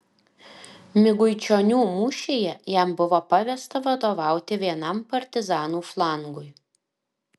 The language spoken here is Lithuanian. miguičionių mūšyje jam buvo pavesta vadovauti vienam partizanų flangui